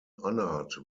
honoured